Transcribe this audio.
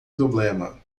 problema